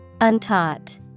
Untaught